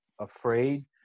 afraid